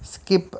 skip